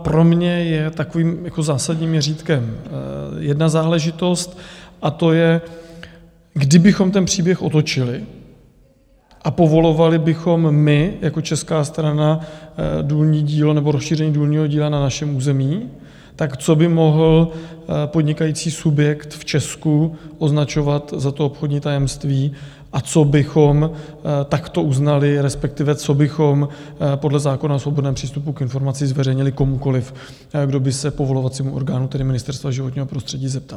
Pro mě je takovým zásadním měřítkem jedna záležitost, a to je, kdybychom ten příběh otočili a povolovali bychom my jako česká strana důlní dílo nebo rozšíření důlního díla na našem území, tak co by mohl podnikající subjekt v Česku označovat za obchodní tajemství a co bychom takto uznali, respektive co bychom podle zákona o svobodném přístupu k informacím zveřejnili komukoliv, kdo by se povolovacího orgánu, tedy Ministerstva životního prostředí, zeptal.